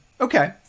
Okay